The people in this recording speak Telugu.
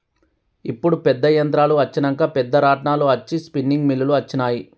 ఇప్పుడు పెద్ద యంత్రాలు అచ్చినంక పెద్ద రాట్నాలు అచ్చి స్పిన్నింగ్ మిల్లులు అచ్చినాయి